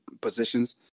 positions